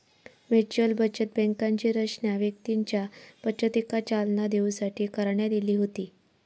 mutual बचत बँकांची रचना व्यक्तींच्या बचतीका चालना देऊसाठी करण्यात इली होती